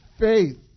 Faith